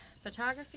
photography